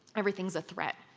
everything's threat.